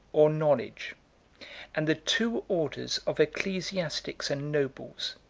or knowledge and the two orders of ecclesiastics and nobles,